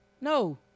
No